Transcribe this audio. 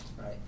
right